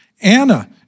Anna